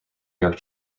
york